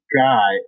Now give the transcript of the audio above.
guy